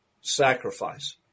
sacrifice